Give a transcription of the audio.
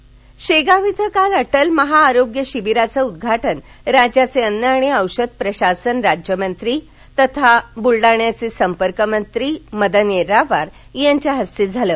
महाआरोग्य शिविर बलडाणा शेगांव ि काल अटल महाआरोग्य शिबिराचं उद्घाटन राज्याचे अन्न आणि औषध प्रशासन राज्यमंत्री तथा बुलडाण्याचे संपर्कमंत्री मदन येरावार यांच्या हस्ते झालं